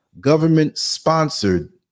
Government-sponsored